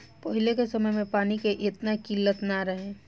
पहिले के समय में पानी के एतना किल्लत ना रहे